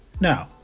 Now